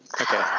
okay